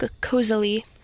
cozily